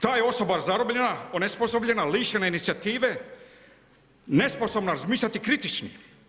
Ta je osoba zarobljena, onesposobljena, lišena inicijative, nesposobna razmišljati kritički.